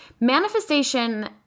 Manifestation